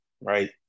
right